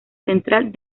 central